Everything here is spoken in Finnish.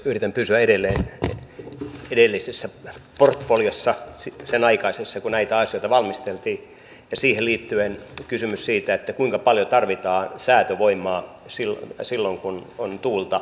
yritän pysyä edelleen edellisessä portfoliossa sen aikaisessa kun näitä asioita valmisteltiin ja siihen liittyen kysymyksessä siitä kuinka paljon tarvitaan säätövoimaa silloin kun on tuulta